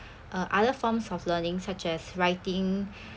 uh other forms of learning such as writing